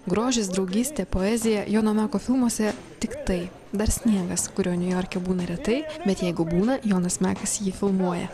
grožis draugystė poezija jono meko filmuose tiktai dar sniegas kurio niujorke būna retai bet jeigu būna jonas mekas jį filmuoja